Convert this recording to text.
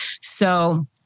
So-